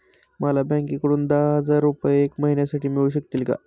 मला बँकेकडून दहा हजार रुपये एक महिन्यांसाठी मिळू शकतील का?